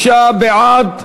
55 בעד,